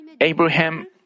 Abraham